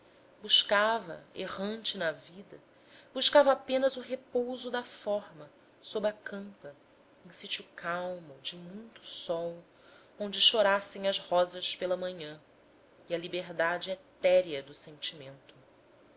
buscava errante na vida buscava apenas o repouso da forma sob a campa em sitio calmo de muito sol onde chorassem as rosas pela manhã e a liberdade etérea do sentimento